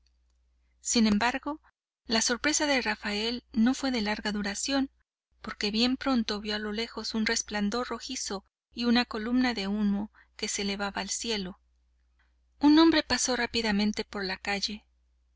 sin embargo la sorpresa de rafael no fue de larga duración porque bien pronto vio a lo lejos un resplandor rojizo y una columna de humo que se elevaba al cielo un hombre pasó rápidamente por la calle